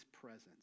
presence